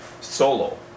solo